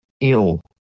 ill